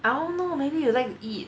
I don't know maybe you like to eat